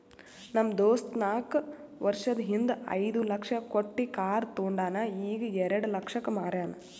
ನಮ್ ದೋಸ್ತ ನಾಕ್ ವರ್ಷದ ಹಿಂದ್ ಐಯ್ದ ಲಕ್ಷ ಕೊಟ್ಟಿ ಕಾರ್ ತೊಂಡಾನ ಈಗ ಎರೆಡ ಲಕ್ಷಕ್ ಮಾರ್ಯಾನ್